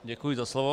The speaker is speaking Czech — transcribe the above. Děkuji za slovo.